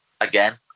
again